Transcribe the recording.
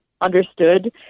understood